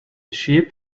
sheep